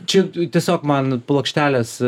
čia tiesiog man plokštelės